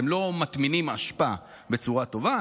אם אתם לא מטמינים אשפה בצורה טובה,